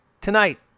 tonight